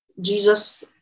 Jesus